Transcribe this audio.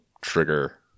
trigger